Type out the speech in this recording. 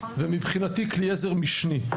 ומבחינתי כלי עזר משני.